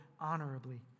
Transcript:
honorably